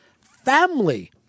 family